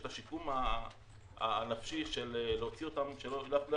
יש השיקום הנפשי להוציא אותנו ממנו.